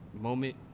moment